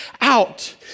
out